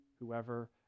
whoever